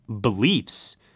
beliefs